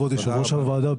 כבוד יושב ראש הוועדה,